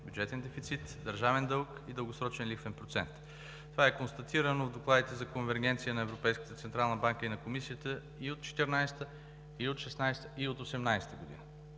бюджетен дефицит, държавен дълг и дългосрочен лихвен процент. Това е констатирано в докладите за конвергенция на Европейската централна банка и на Комисията от 2014 г., 2016 г. и 2018 г.